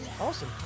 Awesome